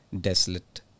desolate